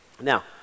Now